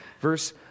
verse